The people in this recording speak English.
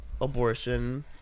abortion